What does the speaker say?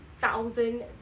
thousand